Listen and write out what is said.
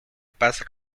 paz